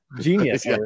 genius